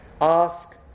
Ask